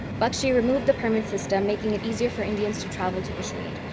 bakshi removed the permit system, making it easier for indians to travel to kashmir.